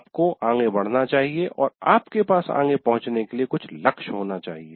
आपको आगे बढ़ना चाहिए और आपके पास आगे पहुंचने के लिए कुछ लक्ष्य होना चाहिए